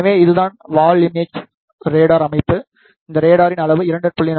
எனவே இதுதான் wall imaging radar அமைப்பு இந்த ரேடரின் அளவு 2